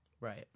Right